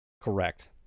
Correct